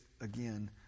again